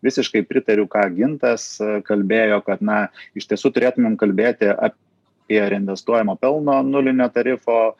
visiškai pritariu ką gintas kalbėjo kad na iš tiesų turėtumėm kalbėti apie reinvestuojamo pelno nulinio tarifo